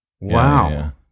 wow